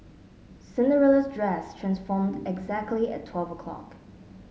Cinderella's dress transformed exactly at twelve o'clock